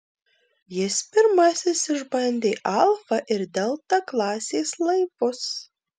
jis pirmasis išbandė alfa ir delta klasės laivus